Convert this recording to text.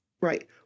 Right